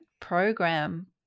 program